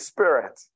Spirit